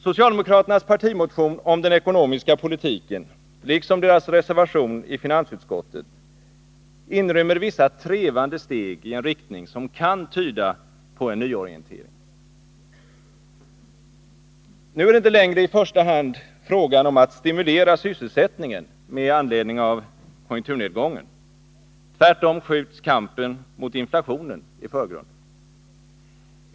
Socialdemokraternas partimotion om den ekonomiska politiken liksom deras reservation i finansutskottet inrymmer vissa trevande steg i en riktning som kan tyda på en nyorientering. Nu är det inte längre i första hand fråga om att stimulera sysselsättningen med anledning av konjunkturnedgången — tvärtom skjuts kampen mot inflationen i förgrunden.